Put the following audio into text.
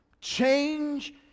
change